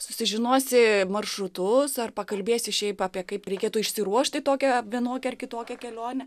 susižinosi maršrutus ar pakalbėsi šiaip apie kaip reikėtų išsiruošt į tokią vienokią ar kitokią kelionę